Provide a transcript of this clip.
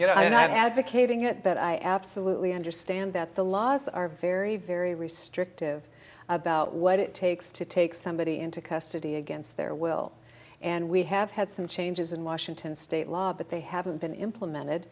you know i mean i've advocated it but i absolutely understand that the laws are very very restrictive about what it takes to take somebody into custody against their will and we have had some changes in washington state law but they haven't been implemented